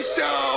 Show